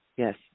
Yes